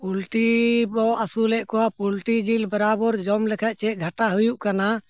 poultry ᱵᱚᱱ ᱟᱹᱥᱩᱞᱮᱫ ᱠᱚᱣᱟ ᱯᱳᱞᱴᱨᱤ ᱡᱤᱞ ᱵᱚᱨᱟᱵᱳᱨ ᱡᱚᱢ ᱞᱮᱠᱷᱟᱱ ᱪᱮᱫ ᱜᱷᱟᱴᱟ ᱦᱩᱭᱩᱜ ᱠᱟᱱᱟ